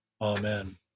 Amen